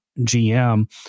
GM